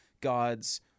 God's